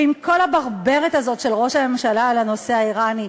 ועם כל הברברת הזאת של ראש הממשלה על הנושא האיראני,